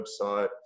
website